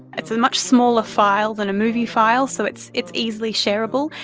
it's a much smaller file than a movie file, so it's it's easily shareable,